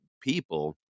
people